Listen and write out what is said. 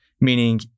meaning